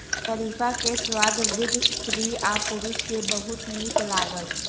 शरीफा के स्वाद वृद्ध स्त्री आ पुरुष के बहुत नीक लागल